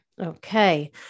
Okay